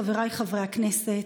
חבריי חברי הכנסת,